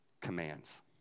commands